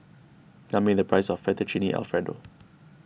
tell me the price of Fettuccine Alfredo